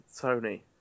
tony